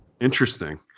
Interesting